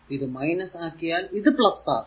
ഇത് ആക്കിയാൽ ഇത് ആക്കും